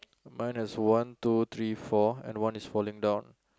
mine has one two three four and one is falling down